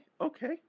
okay